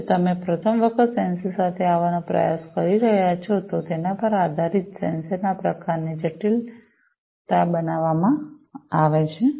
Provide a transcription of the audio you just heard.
જો તમે પ્રથમ વખત સેન્સર સાથે આવવાનો પ્રયાસ કરી રહ્યાં છો તો તેના પર આધારિત સેન્સર ના પ્રકારને તેની જટિલતા બનાવવામાં આવે છે